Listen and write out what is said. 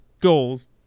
goals